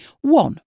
One